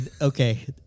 okay